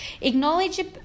Acknowledge